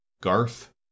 Garth